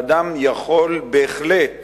ואדם יכול בהחלט